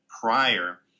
prior